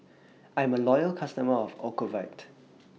I'm A Loyal customer of Ocuvite